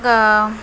గా